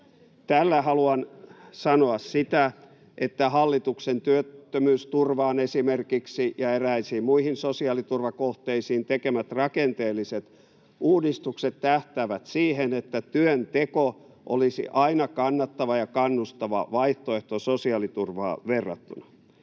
Tällä haluan sanoa, että hallituksen esimerkiksi työttömyysturvaan ja eräisiin muihin sosiaaliturvakohteisiin tekemät rakenteelliset uudistukset tähtäävät siihen, että työnteko olisi aina kannattava ja kannustava vaihtoehto sosiaaliturvaan verrattuna.